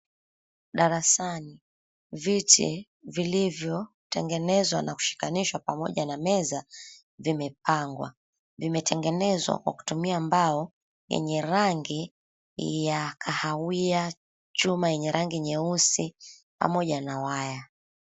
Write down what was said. Darasani, viti vilivyotengenezwa na kushikanishwa pamoja na meza vimepangwa, vimetengenezwa kwa kutumia mbao yenye rangi ya kahawia, chuma yenye rangi nyeusi pamoja na waya.